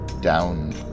down